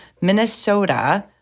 Minnesota